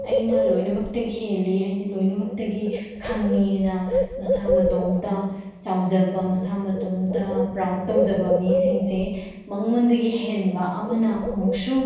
ꯑꯩꯅ ꯂꯣꯏꯅꯃꯛꯇꯒꯤ ꯍꯦꯜꯂꯤ ꯑꯩꯅ ꯂꯣꯏꯅꯃꯛꯇꯒꯤ ꯈꯪꯏ ꯑꯅ ꯃꯁꯥ ꯃꯇꯣꯝꯇ ꯆꯥꯎꯖꯕ ꯃꯁꯥ ꯃꯇꯣꯝꯇ ꯄ꯭ꯔꯥꯎꯗ ꯇꯧꯖꯕ ꯃꯤꯁꯤꯡꯁꯦ ꯃꯉꯣꯟꯗꯒꯤ ꯍꯦꯟꯕ ꯑꯃꯅ ꯑꯃꯨꯛꯁꯨ